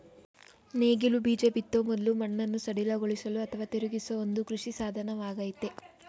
ನೇಗಿಲು ಬೀಜ ಬಿತ್ತೋ ಮೊದ್ಲು ಮಣ್ಣನ್ನು ಸಡಿಲಗೊಳಿಸಲು ಅಥವಾ ತಿರುಗಿಸೋ ಒಂದು ಕೃಷಿ ಸಾಧನವಾಗಯ್ತೆ